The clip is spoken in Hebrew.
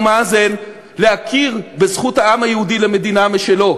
מאזן להכיר בזכות העם היהודי למדינה משלו,